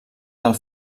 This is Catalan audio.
del